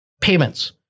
payments